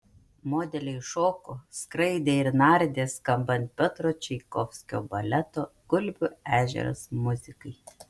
modeliai šoko skraidė ir nardė skambant piotro čaikovskio baleto gulbių ežeras muzikai